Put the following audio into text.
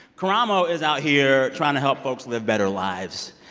karamo is out here trying to help folks live better lives,